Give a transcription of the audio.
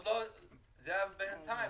זה היה עניין אחד,